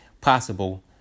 possible